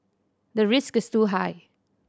the risk is too high